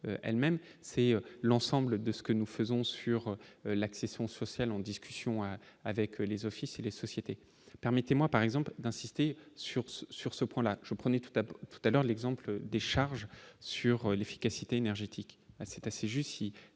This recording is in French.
elles-mêmes, c'est l'ensemble de ce que nous faisons sur l'accession sociale en discussion, hein, avec les offices et les sociétés, permettez-moi, par exemple, d'insister sur ce sur ce plan-là, je prenais tout à tout à l'heure, l'exemple des charges sur l'efficacité énergétique, ah c'est assez juste